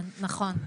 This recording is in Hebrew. כן, נכון.